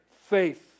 faith